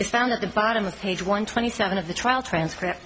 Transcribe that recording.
is found at the bottom of page one twenty seven of the trial transcript